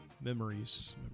Memories